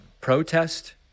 protest